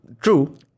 True